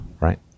Right